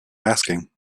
asking